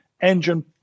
engine